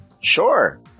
Sure